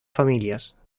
familias